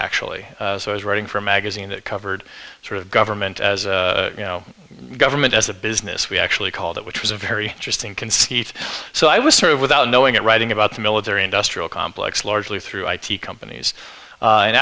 actually so i was writing for a magazine that covered sort of government as you know government as a business we actually called it which was a very interesting conceit so i was sort of without knowing it writing about the military industrial complex largely through i t companies